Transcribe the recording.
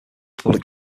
public